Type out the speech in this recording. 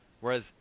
Whereas